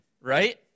right